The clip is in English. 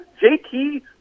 JT